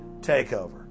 takeover